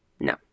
No